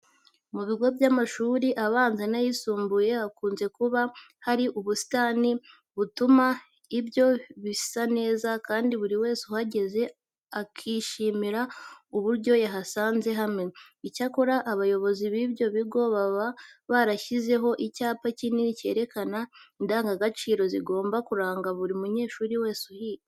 Mu bigo by'amashuri abanza n'ayisumbuye hakunze kuba hari ubusitani butuma ibyo bisa neza kandi buri wese uhageze akishimira uburyo yahasanze hameze. Icyakora abayobozi b'ibyo bigo baba barashyizeho icyapa kinini cyerekana indangagaciro zigomba kuranga buri munyeshuri wese uhiga.